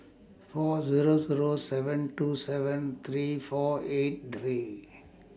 four Zero Zero seven two seven three four eight three